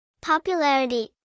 Popularity